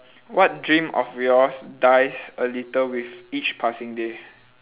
what dream of yours dies a little with each passing day